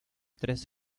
tres